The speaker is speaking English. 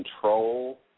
control